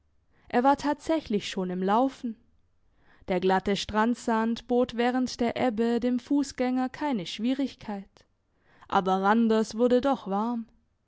er war tatsächlich schon im laufen der glatte strandsand bot während der ebbe dem fussgänger keine schwierigkeit aber randers wurde doch warm